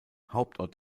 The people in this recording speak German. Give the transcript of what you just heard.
hauptort